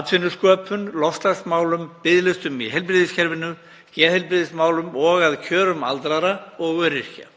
atvinnusköpun, loftslagsmálum, biðlistum í heilbrigðiskerfinu, geðheilbrigðismálum og að kjörum aldraðra og öryrkja.